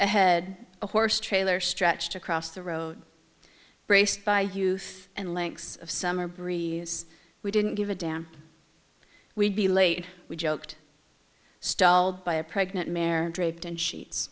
ahead a horse trailer stretched across the road braced by youth and legs of summer breeze we didn't give a damn we'd be late we joked stalled by a pregnant mare draped in sheets